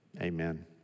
Amen